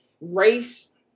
race